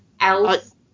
else